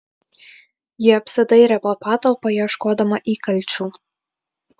ji apsidairė po patalpą ieškodama įkalčių